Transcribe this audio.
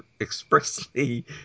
expressly